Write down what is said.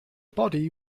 body